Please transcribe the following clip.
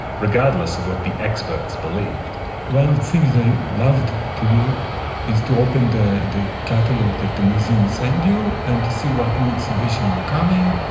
regardless of what the experts believed one of the things that i loved to do is to open the the catalogue that the museum send you and to see what new exhibitions are coming,